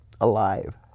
alive